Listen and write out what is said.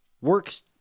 works